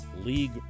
league